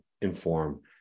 inform